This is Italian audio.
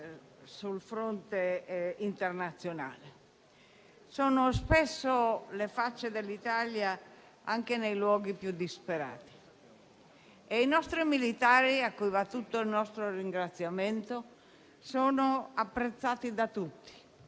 sul fronte internazionale. Esse rappresentano spesso la faccia dell'Italia anche nei luoghi più disperati e i nostri militari, a cui va tutto il nostro ringraziamento, sono apprezzati da tutti